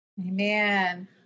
Amen